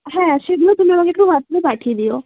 হ্যাঁ হ্যাঁ সেগুলো তুমি আমাকে একটু হোয়াটসঅ্যাপে পাঠিয়ে দিও